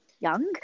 young